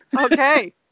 Okay